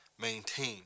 maintain